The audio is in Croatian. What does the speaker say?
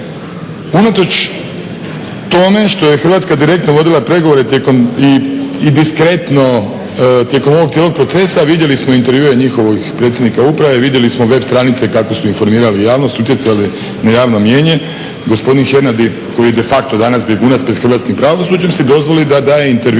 Unatoč tome što je Hrvatska direktno vodila pregovore tijekom, i diskretno tijekom ovog cijelog procesa, vidjeli smo intervjue njihovih predsjednika uprave, vidjeli smo web stranice kako su informirali javnost, utjecali na javno mijenje. Gospodin Hernandi koji je de facto danas bjegunac pred hrvatskim pravosuđem si dozvoli da daje intervjue,